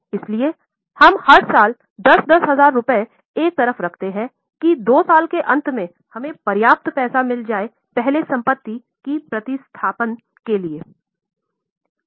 इसलिए हम हर साल 10000 10000रुपये एक तरफ रखते है कि 2 साल के अंत में हमें पर्याप्त पैसा मिल जाएं पहले संपत्ति की प्रतिस्थापन के लिये